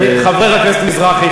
חבר הכנסת מזרחי,